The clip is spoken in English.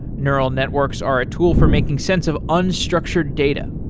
neural networks are a tool for making sense of unstructured data,